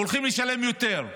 הולכים לשלם יותר,